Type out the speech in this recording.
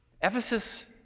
Ephesus